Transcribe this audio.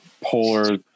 polar